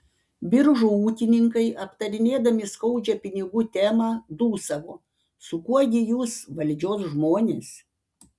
biržų ūkininkai aptarinėdami skaudžią pinigų temą dūsavo su kuo gi jūs valdžios žmonės